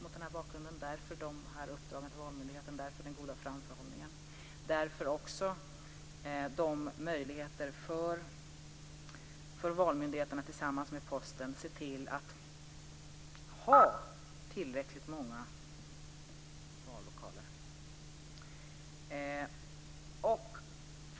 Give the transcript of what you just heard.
Det är därför som Valmyndigheten har fått sitt uppdrag, och det är därför som framförhållningen är så god. Det finns också möjligheter för Valmyndigheten att tillsammans med Posten se till att det finns tillräckligt många vallokaler.